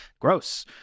Gross